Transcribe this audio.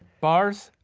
bars,